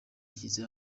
yashyize